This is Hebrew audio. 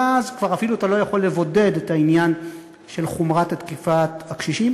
ואז כבר אפילו אתה לא יכול לבודד את העניין של חומרת תקיפת הקשישים,